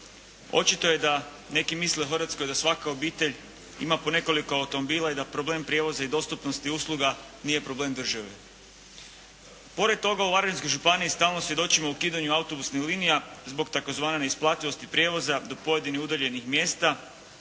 Očito je da neki misle u Hrvatskoj da svaka obitelj ima po nekoliko automobila i da problem prijevoza i dostupnosti usluga nije problem države. Pored toga u Varaždinskoj županiji stalno svjedočimo ukidanju autobusnih linija zbog tzv. neisplativosti prijevoza do pojedinih udaljenih mjesta